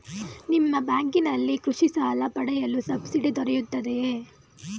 ನಿಮ್ಮ ಬ್ಯಾಂಕಿನಲ್ಲಿ ಕೃಷಿ ಸಾಲ ಪಡೆಯಲು ಸಬ್ಸಿಡಿ ದೊರೆಯುತ್ತದೆಯೇ?